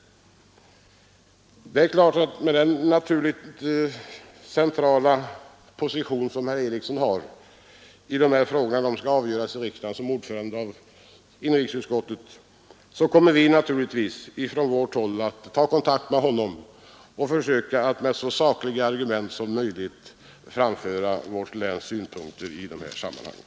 Med den naturligt centrala position som herr Eriksson har när dessa frågor skall avgöras i riksdagen så kommer vi naturligtvis från vårt håll att ta kontakt med honom och försöka att med så sakliga argument som möjligt framföra vårt läns synpunkter i dessa sammanhang.